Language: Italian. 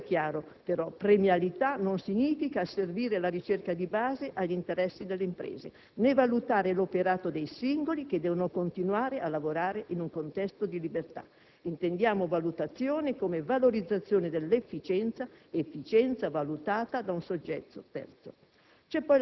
Deve essere chiaro però che premialità non significa asservire la ricerca di base agli interessi delle imprese, né valutare l'operato dei singoli, che devono continuare a lavorare in un contesto di libertà; intendiamo valutazione come valorizzazione dell'efficienza, efficienza valutata da un soggetto terzo.